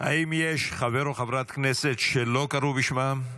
האם יש חבר או חברת כנסת שלא קראו בשמם?